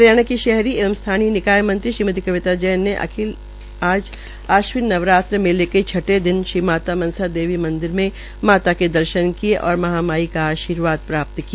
हरियाणा के शहरी एवं स्थानीय निकाय मंत्री श्रीमती कविता जैन ने आश्विन नवरात्र मेले के छठे दिन आज श्रीमाता मनसा देवी मंदिर में माता के दर्शन किये तथा महामायी का आर्शीवाद प्राप्त किया